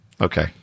Okay